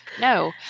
No